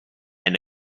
and